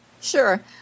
Sure